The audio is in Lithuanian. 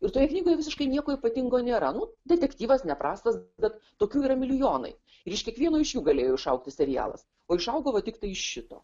ir toje knygoje visiškai nieko ypatingo nėra nu detektyvas neprastas bet tokių yra milijonai ir iš kiekvieno iš jų galėjo išaugti serialas o išaugo va tiktai iš šito